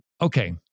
Okay